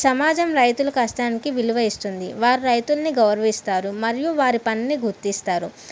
సమాజం రైతుల కష్టానికి విలువ ఇస్తుంది వారు రైతులను గౌరవిస్తారు మరియు వారి పనిని గుర్తిస్తారు